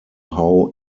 how